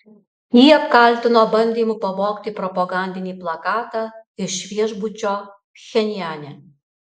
jį apkaltino bandymu pavogti propagandinį plakatą iš viešbučio pchenjane